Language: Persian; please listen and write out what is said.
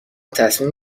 تصمیم